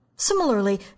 Similarly